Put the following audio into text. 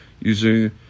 using